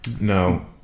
No